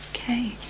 Okay